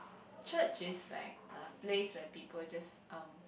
church is like a place where people just um